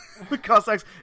Cossacks